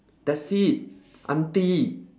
that's it aunty